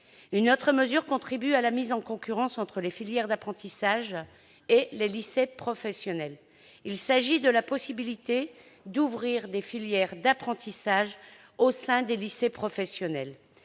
Une autre mesure contribue à la mise en concurrence entre les filières d'apprentissage et les lycées professionnels : la possibilité d'ouvrir des filières d'apprentissage au sein des lycées professionnels.